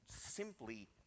simply